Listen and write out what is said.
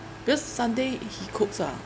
because sunday he cooks ah